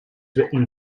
written